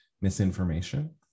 misinformation